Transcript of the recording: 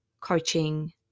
coaching